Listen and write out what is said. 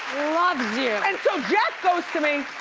loves you. and so jack goes to me,